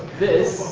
this